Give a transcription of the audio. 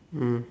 mm